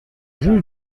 juge